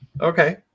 Okay